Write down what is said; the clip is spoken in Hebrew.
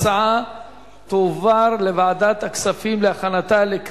התשע"א 2010, לדיון מוקדם בוועדת הכספים נתקבלה.